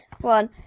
one